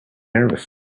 nervous